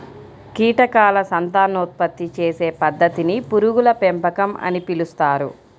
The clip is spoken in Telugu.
కీటకాల సంతానోత్పత్తి చేసే పద్ధతిని పురుగుల పెంపకం అని పిలుస్తారు